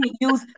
use